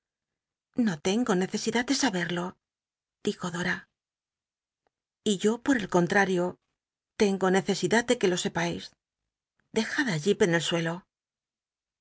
i'io tengo necesida d de saberlo dijo dora y yo por el tontmrio tengo necesidad tic juc lo sepais dejad i jip en el suelo